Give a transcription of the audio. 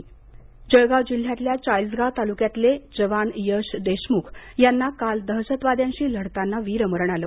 शहीद जळगाव जिल्ह्यातल्या चाळीसगाव तालुक्यातले जवान यश देशमुख यांना काल दहशतवाद्यांशी लढताना वीरमरण आलं